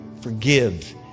forgive